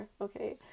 okay